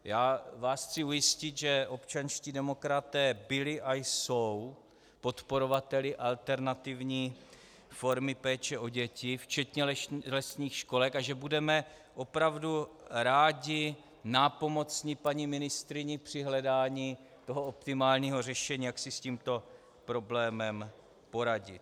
Já vás chci ujistit, že občanští demokraté byli a jsou podporovateli alternativní péče o děti včetně lesních školek a že budeme opravdu rádi nápomocni paní ministryni při hledání optimálního řešení, jak si s tímto problémem poradit.